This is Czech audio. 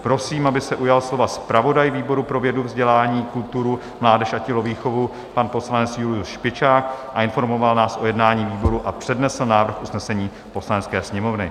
Prosím, aby se ujal slova zpravodaj výboru pro vědu, vzdělání, kulturu, mládež a tělovýchovu, pan poslanec Julius Špičák, informoval nás o jednání výboru a přednesl návrh usnesení Poslanecké sněmovny.